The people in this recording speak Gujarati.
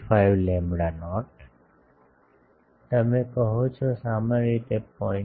45 લેમ્બડા નોટ તમે કહો છો સામાન્ય રીતે 0